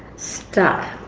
stuck.